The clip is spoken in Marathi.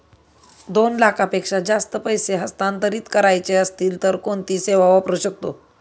दोन लाखांपेक्षा जास्त पैसे हस्तांतरित करायचे असतील तर कोणती सेवा वापरू शकतो?